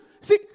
see